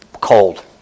cold